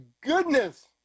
goodness